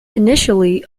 initially